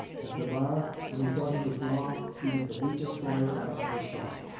at the bar, when he thought he was wrong, he was the weakest lawyer i ever saw.